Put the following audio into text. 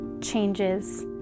changes